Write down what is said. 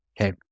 Okay